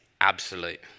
absolute